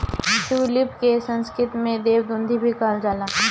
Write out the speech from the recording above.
tulip के संस्कृत में देव दुन्दुभी कहल जाला